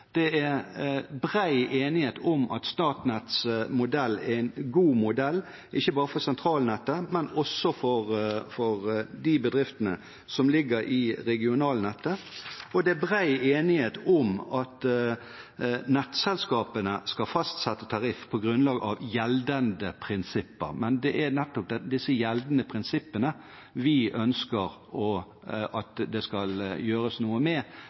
Det er bred enighet om at Statnetts modell er en god modell, ikke bare for sentralnettet, men også for de bedriftene som ligger i regionalnettet. Og det er bred enighet om at nettselskapene skal fastsette tariff på grunnlag av gjeldende prinsipper. Men det er nettopp disse gjeldende prinsippene vi ønsker at det skal gjøres noe med,